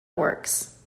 works